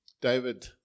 David